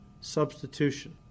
substitution